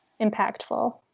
impactful